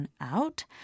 out